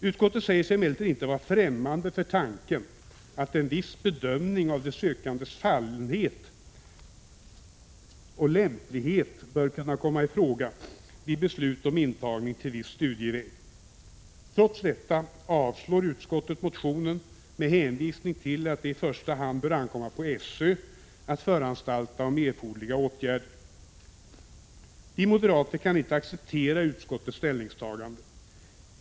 Utskottet säger sig emellertid inte vara främmande för tanken att en viss bedömning av de sökandes fallenhet och lämplighet bör kunna komma i fråga vid beslut om intagning till viss studieväg. Trots detta avstyrker utskottet motionen med hänvisning till att det i första hand bör ankomma på SÖ att föranstalta om erforderliga åtgärder. Vi moderater kan inte acceptera utskottets ställningstagande.